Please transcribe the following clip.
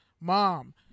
Mom